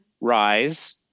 Rise